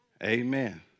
Amen